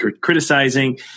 criticizing